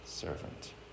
servant